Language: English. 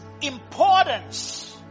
importance